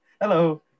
Hello